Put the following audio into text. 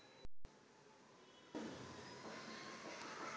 रोपवाटिकेतील रोपांना रोगाचा प्रादुर्भाव झाल्यास जवळपास सर्व रोपे सुकून जातात का?